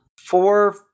four